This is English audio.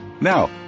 Now